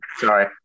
Sorry